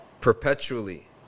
perpetually